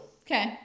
Okay